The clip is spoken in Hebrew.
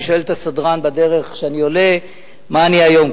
אני שואל את הסדרן בדרך כשאני עולה: מה אני היום,